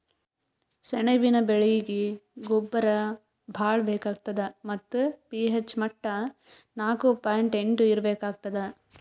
ಸೆಣಬಿನ ಬೆಳೀಗಿ ಗೊಬ್ಬರ ಭಾಳ್ ಬೇಕಾತದ್ ಮತ್ತ್ ಪಿ.ಹೆಚ್ ಮಟ್ಟಾ ನಾಕು ಪಾಯಿಂಟ್ ಎಂಟು ಇರ್ಬೇಕಾಗ್ತದ